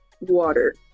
water